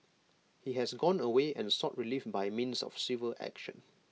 he has gone away and sought relief by means of civil action